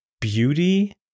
beauty